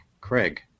Craig